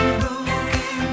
broken